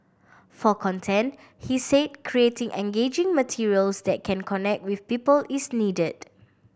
for content he said creating engaging materials that can connect with people is needed